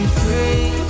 free